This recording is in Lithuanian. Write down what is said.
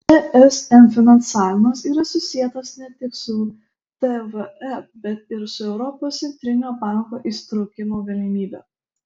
esm finansavimas yra susietas ne tik su tvf bet ir su europos centrinio banko įsitraukimo galimybe